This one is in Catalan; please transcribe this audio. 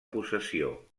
possessió